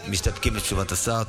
מסתפקים בתשובת השר.